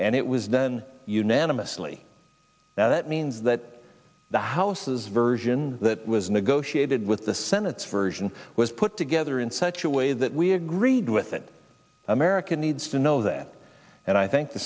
and it was then unanimously that means that the houses version that was negotiated with the senate's version was put together in such a way that we agreed with it america needs to know that and i thank the